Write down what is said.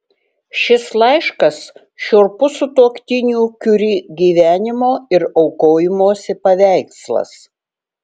šis laiškas šiurpus sutuoktinių kiuri gyvenimo ir aukojimosi paveikslas